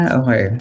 okay